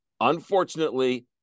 unfortunately